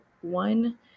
one